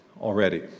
already